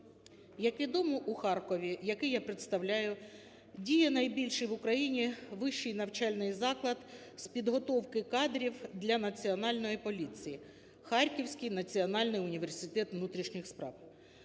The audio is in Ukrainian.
Як відомо, у Харкові, який я представляю, діє найбільший в Україні вищий навчальний заклад з підготовки кадрів для Національної поліції – Харківський національний університет внутрішніх справ.